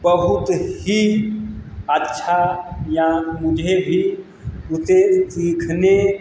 बहुत ही अच्छा या मुझे भी उसे सीखने